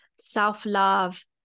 self-love